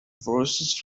verses